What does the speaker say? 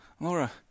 Laura